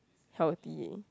healthy eh